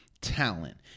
talent